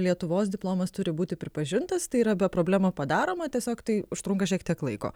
lietuvos diplomas turi būti pripažintas tai yra be problemų padaroma tiesiog tai užtrunka šiek tiek laiko